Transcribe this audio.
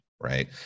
Right